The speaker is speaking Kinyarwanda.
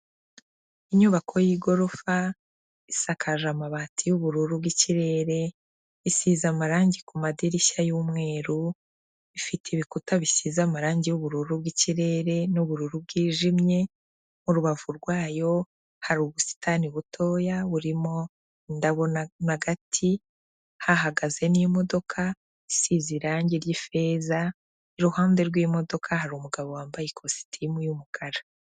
Inyubako y'igorofa isakaje amabati y'ubururu bw'ikirere, isize amarangi ku madirishya y'umweru, ifite ibikuta bisize amarangi y'ubururu bw'ikirere n'ubururu bwijimye, mu rubavu rwayo hari ubusitani butoya burimo indabo n'agati, hahagaze n'imodoka isize irangi ry'ifeza, iruhande rw'imodoka hari umugabo wambaye ikositimu y'umukara.